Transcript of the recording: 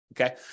Okay